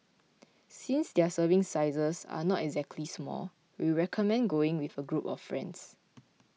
since their serving sizes are not exactly small we recommend going with a group of friends